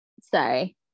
sorry